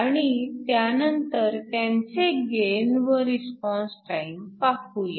आणि त्यानंतर त्यांचे गेन व रिस्पॉन्स टाइम पाहूया